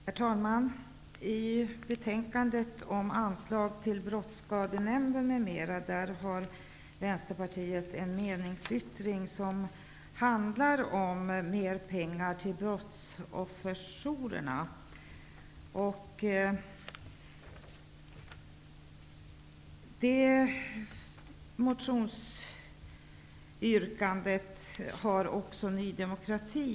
Herr talman! I betänkandet om anslag till Brottsskadenämnden m.m. har Vänsterpartiet en meningsyttring som handlar om mer pengar till brottsofferjourerna. Sådant motionsyrkande har också Ny demokrati.